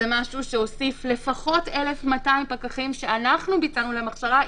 זה משהו שהוסיף לפחות 1,200 פקחים שאנחנו ביצענו להם הכשרה,